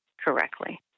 correctly